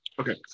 Okay